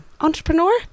entrepreneur